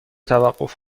توقف